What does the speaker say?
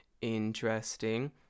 interesting